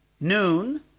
noon